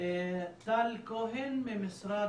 טל כהן ממשרד